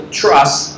trust